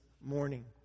morning